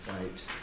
right